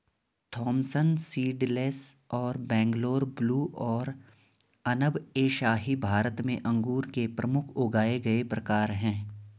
Thompson seedless और Bangalore blue और अनब ए शाही भारत में अंगूर के प्रमुख उगाए गए प्रकार हैं